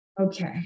Okay